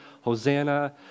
Hosanna